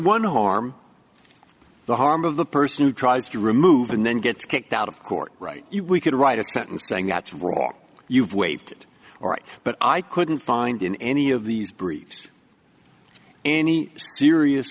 one harm the harm of the person who tries to remove and then gets kicked out of court right we could write a sentence saying that's wrong you've waived or right but i couldn't find in any of these briefs any serious